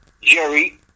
Jerry